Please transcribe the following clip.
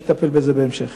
תטפל בזה בהמשך.